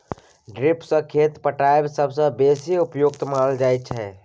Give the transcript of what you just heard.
drip सँ खेत पटाएब सबसँ बेसी उपयुक्त मानल जाइ छै